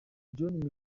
johnny